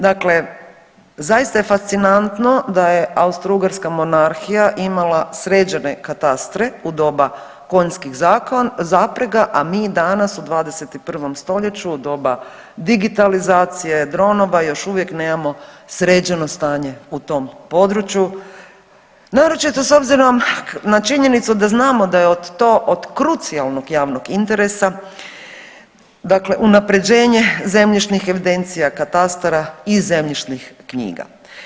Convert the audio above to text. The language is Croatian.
Dakle, zaista je fascinantno da je Austro-ugarska monarhija imala sređene katastre u doba konjskih zaprega, a mi danas u 21. stoljeću u doba digitalizacije dronova još uvijek nemamo sređeno stanje u tom području naročito s obzirom na činjenicu da znamo da je to od krucijalnog javnog interesa, dakle unapređenje zemljišnih evidencija, katastara i zemljišnih knjiga.